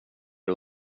och